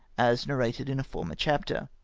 as narrated in a former chapter.